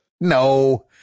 No